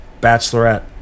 Bachelorette